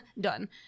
Done